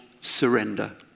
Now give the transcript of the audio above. surrender